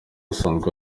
asanzwe